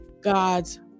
God's